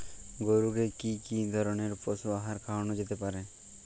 গরু কে কি ধরনের পশু আহার খাওয়ানো যেতে পারে?